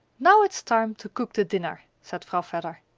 now it is time to cook the dinner, said vrouw vedder.